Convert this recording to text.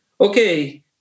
Okay